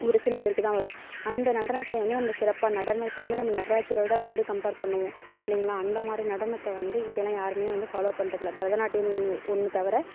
ஒரு சில பேருக்குதான் வரும் அந்த நடனக்கலை வந்து நம்ம சிறப்பாக நடனத்தை வந்து நம்ம நடராஜரோட வந்து கம்பேர் பண்ணுவோம் இல்லைங்களா அந்த மாதிரி நடனத்தை வந்து இப்பெயிலாம் யாருமே வந்து ஃபால்லோவ் பண்ணுறதில்ல பரதநாட்டியம்னு ஒன்று தவிர